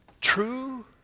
True